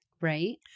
Right